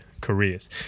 careers